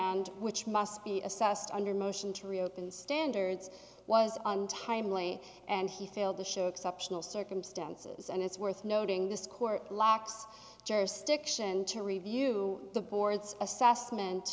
and which must be assessed under motion to reopen standards was untimely and he failed to show exceptional circumstances and it's worth noting this court lacks jurisdiction to review the board's assessment